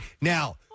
Now